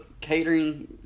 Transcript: catering